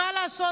מה לעשות?